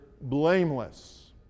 blameless